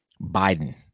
Biden